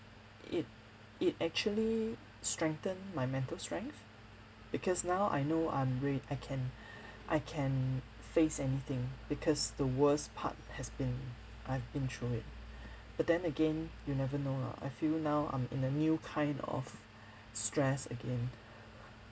it it actually strengthen my mental strength because now I know I'm rea~ I can I can face anything because the worst part has been I've been through it but then again you never know lah I feel now I'm in a new kind of stress again